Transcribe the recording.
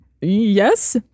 Yes